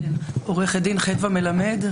עו"ד חדוה מלמד,